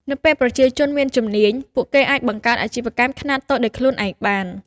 នៅពេលប្រជាជនមានជំនាញ ពួកគេអាចបង្កើតអាជីវកម្មខ្នាតតូចដោយខ្លួនឯងបាន។